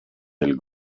del